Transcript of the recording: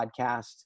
podcast